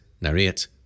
narrate